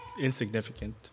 insignificant